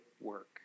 work